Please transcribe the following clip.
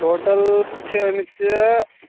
total چھِ أمِس یہِ